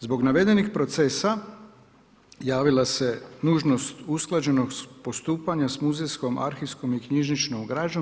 Zbog navedenih procesa javila se nužnost usklađenog postupanja sa muzejskom arhivskom i knjižničnom građom.